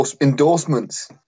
Endorsements